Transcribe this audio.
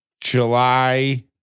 July